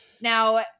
now